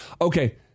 okay